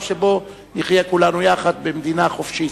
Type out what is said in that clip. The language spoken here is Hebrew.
שבו נחיה כולנו יחד במדינה חופשית.